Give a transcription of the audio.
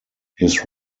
his